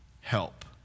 help